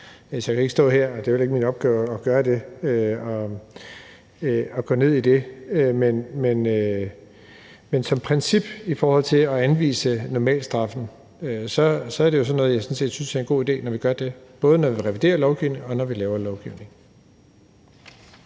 Jeg kan ikke stå her – det er heller ikke min opgave at gøre det – og gå ned i det, men som princip i forhold til at anvise normalstraffen er det jo sådan noget, jeg sådan set synes er en god idé, når vi gør det, både når vi reviderer lovgivning, og når vi laver lovgivning.